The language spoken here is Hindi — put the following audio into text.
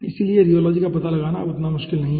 इसलिए रियोलॉजी का पता लगाना अब उतना मुश्किल नहीं है